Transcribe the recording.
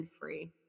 free